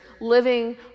living